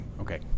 Okay